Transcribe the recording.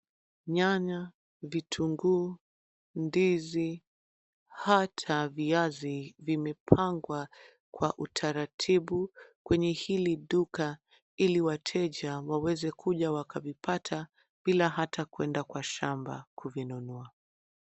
Nyanya, vitunguu, ndizi, hata viazi, vimepangwa, kwa utaratibu kwenye hili duka ili wateja waweze kuja wakavipata bila hata kwenda kwa shamba, kuvinunua.